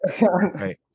Right